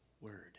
word